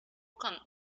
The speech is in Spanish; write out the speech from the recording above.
con